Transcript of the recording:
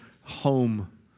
home